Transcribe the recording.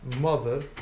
mother